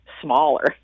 smaller